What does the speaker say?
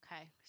okay